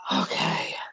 okay